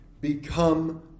become